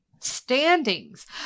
standings